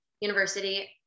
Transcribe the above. university